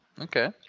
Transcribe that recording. okay